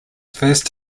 first